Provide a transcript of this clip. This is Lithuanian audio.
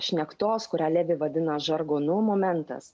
šnektos kurią levi vadina žargonu momentas